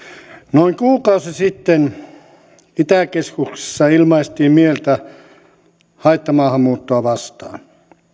noin kuukausi sitten itäkeskuksessa ilmaistiin mieltä haittamaahanmuuttoa vastaan